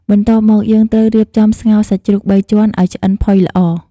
បន្ទាប់មកយើងត្រូវរៀបចំស្ងោរសាច់ជ្រូកបីជាន់ឲ្យឆ្អិនផុយល្អ ។